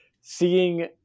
seeing